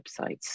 websites